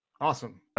Awesome